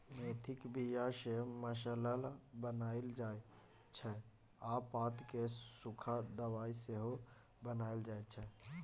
मेथीक बीया सँ मसल्ला बनाएल जाइ छै आ पात केँ सुखा दबाइ सेहो बनाएल जाइ छै